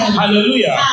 hallelujah